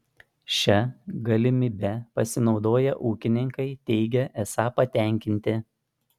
šia galimybe pasinaudoję ūkininkai teigia esą patenkinti